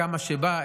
כמה שבא,